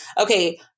Okay